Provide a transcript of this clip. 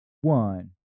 one